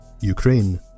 Ukraine